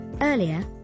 Earlier